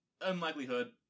unlikelihood